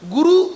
Guru